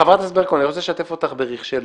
תכף אני